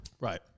Right